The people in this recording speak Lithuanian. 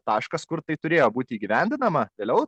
taškas kur tai turėjo būti įgyvendinama vėliau